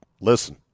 listen